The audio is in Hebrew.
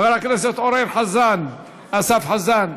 חבר הכנסת אורן אסף חזן,